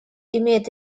имеет